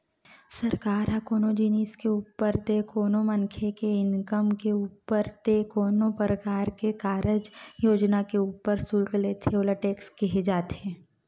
सरकार ह कोनो जिनिस के ऊपर ते कोनो मनखे के इनकम के ऊपर ते कोनो परकार के कारज योजना के ऊपर सुल्क लेथे ओला टेक्स केहे जाथे